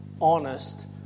...honest